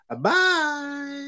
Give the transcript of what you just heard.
bye